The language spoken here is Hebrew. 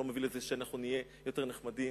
לא מוביל לזה שאנחנו נהיה יותר נחמדים,